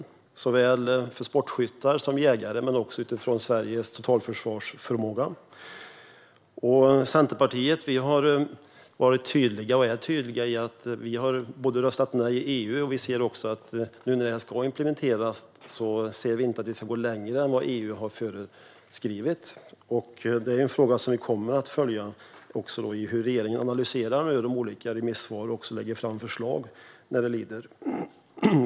Det gäller såväl sportskyttar och jägare som Sveriges totalförsvarsförmåga. Vi i Centerpartiet har varit, och är, tydliga. Vi har röstat nej i EU, och när detta nu ska implementeras anser vi inte att vi ska gå längre än vad EU har föreskrivit. Detta är en fråga som vi kommer att följa gällande hur regeringen analyserar de olika remissvaren och lägger fram förslag vad det lider.